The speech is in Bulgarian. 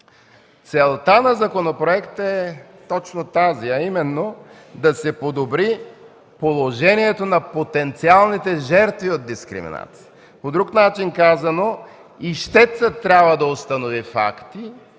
Целта на законопроекта е точно тази, а именно да се подобри положението на потенциалните жертви от дискриминация. Казано по друг начин – на този етап ищецът трябва да установи факти,